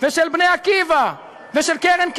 ושל "בני עקיבא" ושל "קרן קהילות",